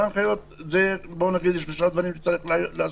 ובהנחיות יש שלושה דברים שצריך לעשות: